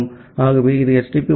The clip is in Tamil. ஆகவே இது HTTP 1